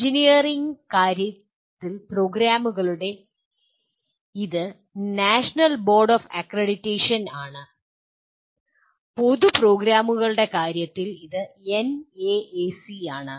engineering പ്രോഗ്രാമുകളുടെ കാര്യത്തിൽ ഇത് നാഷണൽ ബോർഡ് ഓഫ് അക്രഡിറ്റേഷൻ ആണ് പൊതു പ്രോഗ്രാമുകളുടെ കാര്യത്തിൽ അത് എൻഎഎസി ആണ്